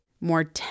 more